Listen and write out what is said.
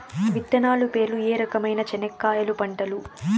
విత్తనాలు పేర్లు ఏ రకమైన చెనక్కాయలు పంటలు?